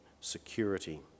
security